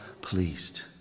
pleased